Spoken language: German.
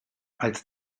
als